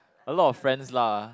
a lot of friends lah